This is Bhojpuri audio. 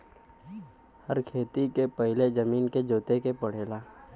हर खेती के पहिले जमीन के जोते के पड़ला